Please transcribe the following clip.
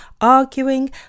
arguing